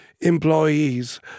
Employees